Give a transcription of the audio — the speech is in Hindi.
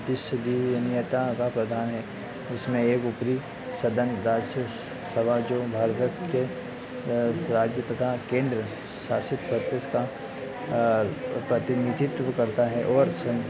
का प्रदान है जिसमें एक ऊपरी सदन राज्यसभा जो भारत के स्वराज्य तथा केन्द्र शासित प्रदेश का प्रतिनिधित्व करता है और संसद